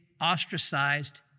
ostracized